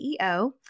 CEO